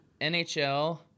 NHL